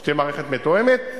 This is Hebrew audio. כך שתהיה מערכת מתואמת.